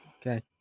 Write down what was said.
okay